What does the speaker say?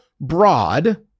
broad